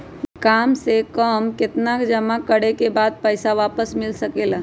काम से कम केतना दिन जमा करें बे बाद पैसा वापस मिल सकेला?